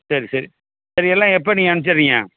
சரி சரி சரி எல்லாம் எப்போ நீங்கள் அனுப்சிடுறீங்க